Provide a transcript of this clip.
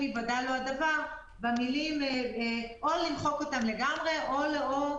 היוודע לו הדבר" או למחוק אותן לגמרי או לכתוב: